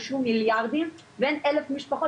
הושקעו מיליארדי שקלים ואין רק 1,000 משפחות